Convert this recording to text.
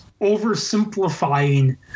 oversimplifying